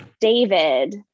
David